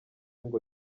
ngo